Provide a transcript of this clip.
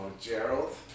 Gerald